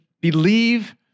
believe